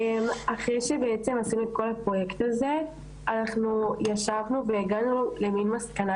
אחרי בעצם עשינו את כל הפרויקט הזה אנחנו ישבנו והגענו למסקנה,